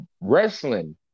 wrestling